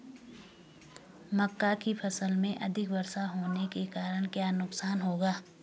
मक्का की फसल में अधिक वर्षा होने के कारण क्या नुकसान होगा?